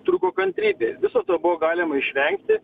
trūko kantrybė viso to buvo galima išvengti